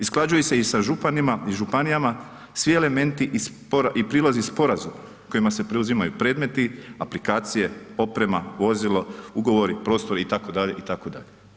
Usklađuje se i za županima i županijama svi elementi iz spora i prilozi iz sporazuma kojima se preuzimaju predmeti, aplikacije, oprema, vozila, ugovori, prostori itd., itd.